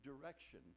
direction